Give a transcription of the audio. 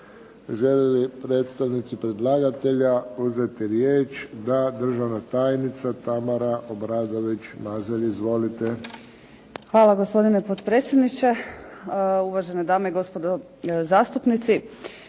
Žele li predstavnici predlagatelja uzeti riječ? Da. Državna tajnica Tamara Obradović Mazal. Izvolite. **Obradović Mazal, Tamara** Hvala. Gospodine potpredsjedniče, uvažene dame i gospodo zastupnici.